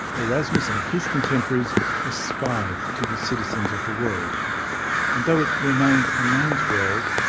erasmus and his contemporaries aspired to be citizens of the world. and though it remained a man's world,